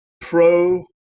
pro